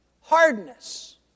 Hardness